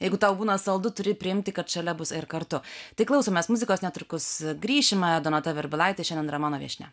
jeigu tau būna saldu turi priimti kad šalia bus ir kartu tai klausomės muzikos netrukus grįšime donata virbalaitė šiandien yra mano viešnia